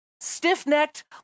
Stiff-necked